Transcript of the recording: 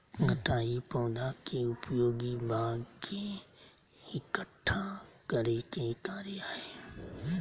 कटाई पौधा के उपयोगी भाग के इकट्ठा करय के कार्य हइ